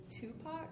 Tupac